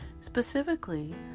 Specifically